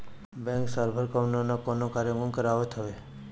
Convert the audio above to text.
bank साल भर कवनो ना कवनो कार्यक्रम करावत हवे